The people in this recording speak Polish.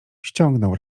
ściągnął